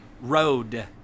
Road